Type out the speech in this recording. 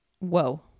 whoa